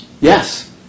Yes